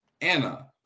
Anna